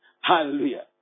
Hallelujah